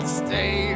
stay